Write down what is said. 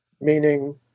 meaning